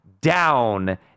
down